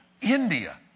India